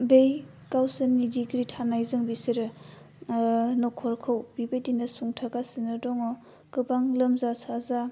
बै गावसोरनि डिग्रि थानायजों बिसोरो नख'रखौ बेबादिनो सुंथागासिनो दङ गोबां लोमजा साजा